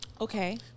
Okay